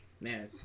Man